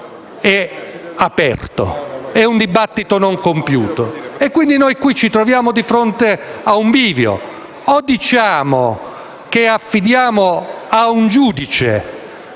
è aperto. È un dibattito non compiuto. Quindi, qui noi ci troviamo di fronte a un bivio. O diciamo che affidiamo a un magistrato